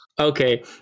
Okay